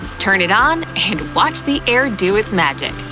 turn it on and watch the air do its magic!